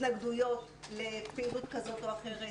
התנגדויות לפעילות כזו או אחרת,